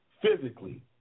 physically